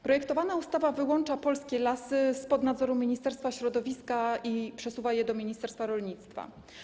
Projektowana ustawa wyłącza polskie lasy spod nadzoru ministerstwa środowiska i przesuwa je do ministerstwa rolnictwa.